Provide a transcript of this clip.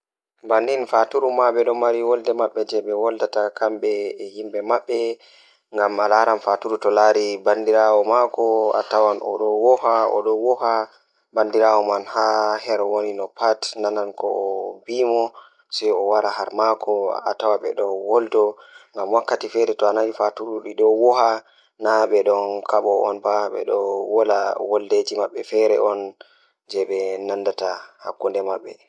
No handi kam kondei aɗon tokka kubaruuji duniyaaru Eyi, ko ɗum fuɗɗi e tawti news, kono ɗum wondi ndiyam jeyɗi. Ɓuri ko waɗde warude e hakke ko yimɓe heɓi laawol e nder duniya. Kono, ɓuri ɗum jokka fiyaama sabuɓe dooɗi no waawi fota fota, ɗum fuɗɗi seɗaade hayde.